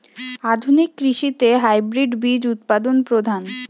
আধুনিক কৃষিতে হাইব্রিড বীজ উৎপাদন প্রধান